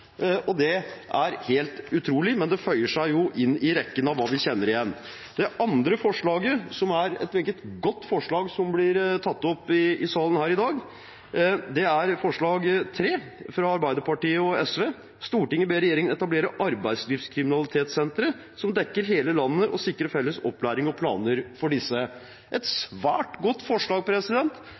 og regjeringspartiene stemme imot. Det er helt utrolig, men det føyer seg inn i rekken av hva vi kjenner igjen. Det andre forslaget, som er et meget godt forslag, som blir tatt opp i salen her i dag, er forslag nr. 3, fra Arbeiderpartiet og SV: «Stortinget ber regjeringen etablere arbeidslivskriminalitetssentre som dekker hele landet og sikre felles opplæring og planer for disse.» Dette er også et svært godt forslag,